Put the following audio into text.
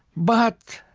but,